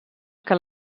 que